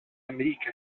أمريكا